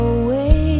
away